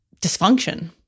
dysfunction